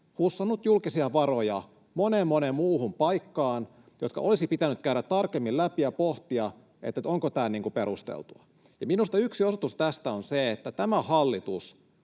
hussannut julkisia varoja moneen, moneen muuhun paikkaan, jotka olisi pitänyt käydä tarkemmin läpi ja pohtia, onko tämä perusteltua. Minusta yksi osoitus tästä on se, että tämä hallitus